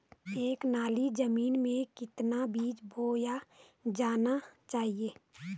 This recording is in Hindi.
एक नाली जमीन में कितना बीज बोया जाना चाहिए?